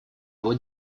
его